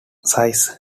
size